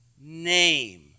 name